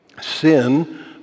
Sin